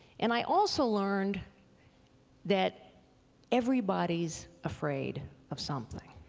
and i also learned that everybody's afraid of something.